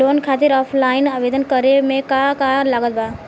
Loan खातिर offline आवेदन करे म का का लागत बा?